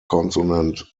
consonant